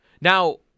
Now